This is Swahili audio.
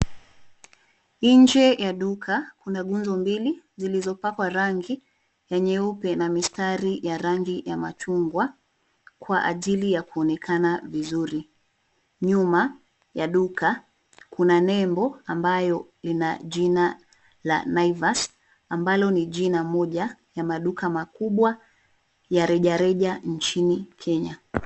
Nje ya duka, kuna nguzo mbili zilizopakwa rangi ya nyeupe na mistari ya rangi ya machungwa kwa ajili ya kuonekana vizuri. Nyuma ya duka, kuna nembo ambayo ina jina la Naivas, ambalo ni jina moja ya maduka makubwa ya rejareja nchini Kenya.